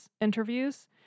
interviews